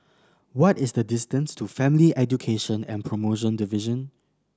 what is the distance to Family Education and Promotion Division